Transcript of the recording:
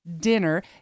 dinner